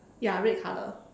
ya red color